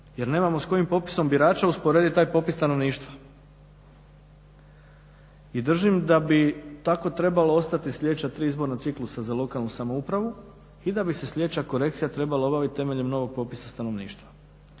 Jer nemamo s kojim popisom birača usporediti taj popis stanovništva. I držim da bi tako trebalo ostati i sljedeća tri izborna ciklusa za lokalnu samoupravu i da bi se sljedeća korekcija trebala obaviti temeljem novog popisa stanovništva.